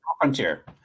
Frontier